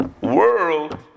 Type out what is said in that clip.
world